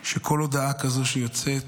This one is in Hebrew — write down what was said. שכל הודעה כזאת שיוצאת,